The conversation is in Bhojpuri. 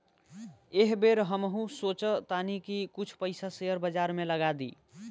एह बेर हमहू सोचऽ तानी की कुछ पइसा शेयर बाजार में लगा दी